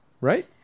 Right